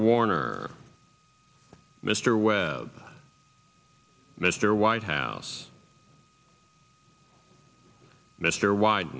warner mr webb mr white house mr wyde